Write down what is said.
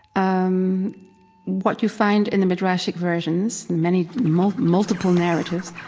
um what you find in the midrashic versions, many multiple multiple narratives,